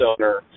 owner